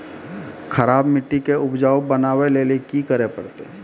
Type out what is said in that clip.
खराब मिट्टी के उपजाऊ बनावे लेली की करे परतै?